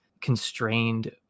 constrained